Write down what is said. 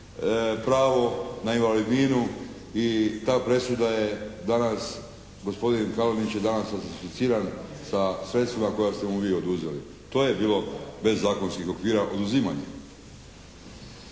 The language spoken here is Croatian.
pravo na invalidninu i ta presuda je danas, gospodin Kalinić je danas …/Govornik se ne razumije./… sa sredstvima koja ste mu vi oduzeli. To je bilo bez zakonskih okvira. Oduzimanjem.